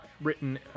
written